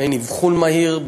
מעין אבחון מהיר,